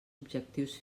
objectius